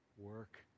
work